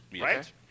Right